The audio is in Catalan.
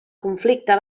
conflicte